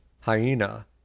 hyena